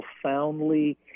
profoundly